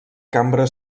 cambra